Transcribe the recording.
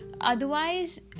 Otherwise